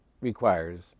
requires